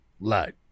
light